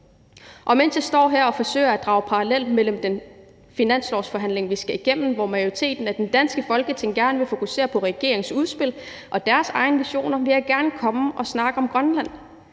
og mens jeg står her og forsøger at drage paralleller mellem den finanslovsforhandling, vi skal igennem, og hvor majoriteten af det danske Folketing gerne vil fokusere på regeringens udspil og deres egne visioner, vil jeg gerne komme og snakke om Grønland,